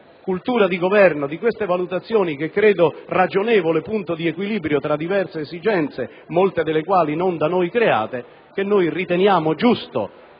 cultura di Governo, di queste valutazioni che credo siano un ragionevole punto di equilibrio tra diverse esigenze, molte delle quali non da noi create, riteniamo giusto